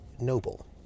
noble